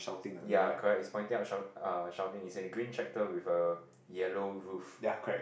ya correct he's pointing up shout uh shouting he's in a green tractor with a yellow roof